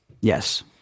Yes